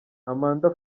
amanda